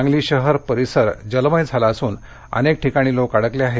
सांगली शहर परिसर जलमय झाला असून अनेक ठिकाणी लोक अडकले आहेत